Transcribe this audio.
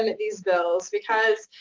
and these bills because,